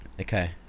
Okay